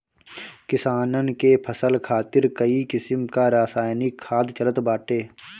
किसानन के फसल खातिर कई किसिम कअ रासायनिक खाद चलत बाटे